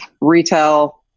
retail